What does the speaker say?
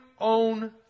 own